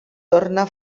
torna